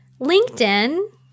LinkedIn